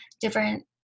different